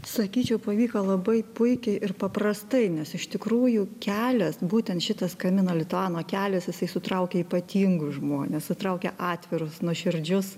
sakyčiau pavyko labai puikiai ir paprastai nes iš tikrųjų kelias būtent šitas kamino lituano kelias jisai sutraukia ypatingus žmones sutraukia atvirus nuoširdžius